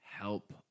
help